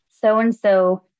so-and-so